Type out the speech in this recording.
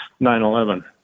9-11